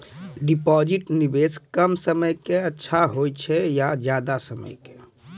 Deposit निवेश कम समय के के अच्छा होय छै ज्यादा समय के?